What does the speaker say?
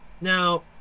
now